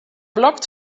blocked